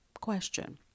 Question